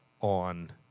on